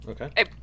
Okay